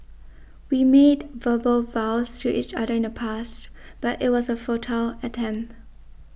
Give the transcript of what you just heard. we made verbal vows to each other in the past but it was a futile attempt